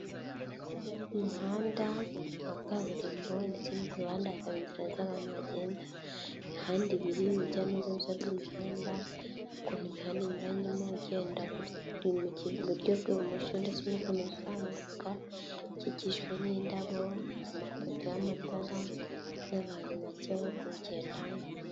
Umuhanda wa kaburimbo, ndetse no ku ruhande hakaba inzira z'abantu bagenda imihanda ibiri, imihanda inyuranyemo iburyo n'ibumoso, ndetse no gukomeza ukaba ukikijwe n'indabo, amapoto y'amatara, n'abantu bake bari kuwugendamo.